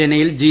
ചെന്നൈയിൽ ജി